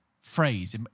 phrase